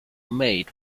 made